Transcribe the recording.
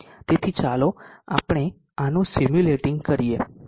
તેથી હવે ચાલો આપણે આનું સિમ્યુલેટીંગ કરીએ